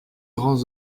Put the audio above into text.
grands